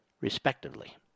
respectively